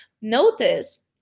Notice